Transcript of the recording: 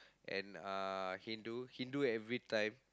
and uh Hindu Hindu everytime